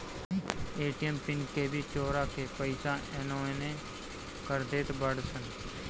ATM PIN के भी चोरा के पईसा एनेओने कर देत बाड़ऽ सन